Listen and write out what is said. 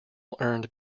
earned